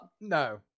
No